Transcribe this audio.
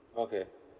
okay